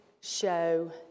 show